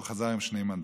והוא חזר עם שני מנדטים.